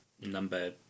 number